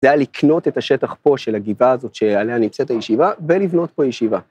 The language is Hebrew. זה היה לקנות את השטח פה של הגבעה הזאת שעליה נמצאת הישיבה ולבנות פה ישיבה.